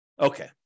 Okay